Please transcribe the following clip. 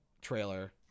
trailer